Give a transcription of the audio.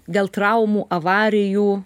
dėl traumų avarijų